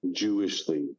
Jewishly